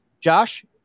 Josh